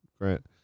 grant